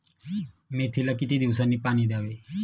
मेथीला किती दिवसांनी पाणी द्यावे?